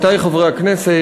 עמיתי חברי הכנסת,